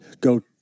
go